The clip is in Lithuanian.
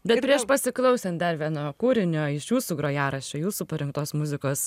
bet prieš pasiklausant dar vieno kūrinio iš jūsų grojaraščio jūsų parinktos muzikos